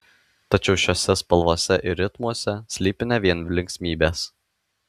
tačiau šiose spalvose ir ritmuose slypi ne vien linksmybės